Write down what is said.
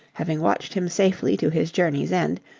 having watched him safely to his journey's end,